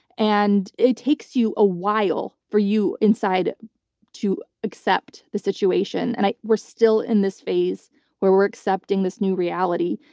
and it takes you a while, for you inside to accept the situation. and we're still in this phase where we're accepting this new reality.